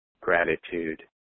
gratitude